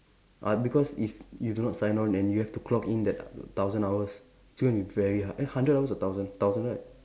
uh because if you do not sign on and you have to clock in that thousand hours it's going to be very hard eh hundred hours or thousand thousand right